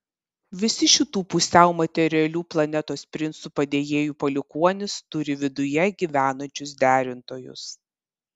visi šitų pusiau materialių planetos princų padėjėjų palikuonys turi viduje gyvenančius derintojus